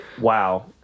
Wow